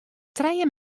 trije